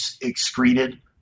excreted